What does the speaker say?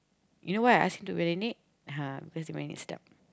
you know why I ask him to marinate uh because dia marinate sedap